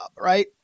right